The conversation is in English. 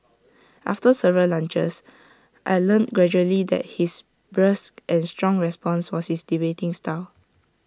after several lunches I learnt gradually that his brusque and strong response was his debating style